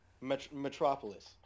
Metropolis